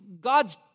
God's